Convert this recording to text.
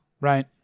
Right